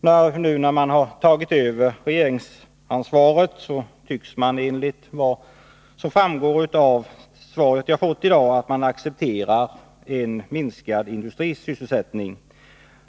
Nu när socialdemokraterna har tagit över regeringsansvaret tycks man, enligt vad som framgår av svaret, acceptera en minskning av industrisysselsättningen.